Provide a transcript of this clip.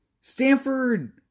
Stanford